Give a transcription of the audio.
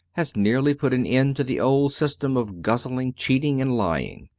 has nearly put an end to the old system of guzzling, cheating, and lying.